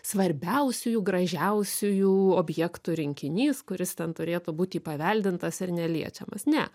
svarbiausiųjų gražiausiųjų objektų rinkinys kuris ten turėtų būti įpaveldintas ir neliečiamas ne